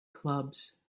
clubs